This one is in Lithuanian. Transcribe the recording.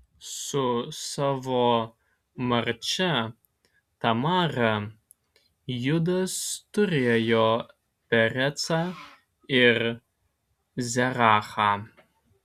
su savo marčia tamara judas turėjo perecą ir zerachą